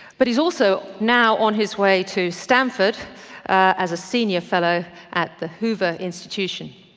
but he is also now on his way to stanford as senior fellow at the hoover institution.